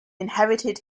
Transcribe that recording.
inherited